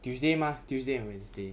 tuesday mah tuesday and wednesday